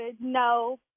No